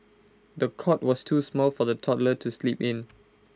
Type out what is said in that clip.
the cot was too small for the toddler to sleep in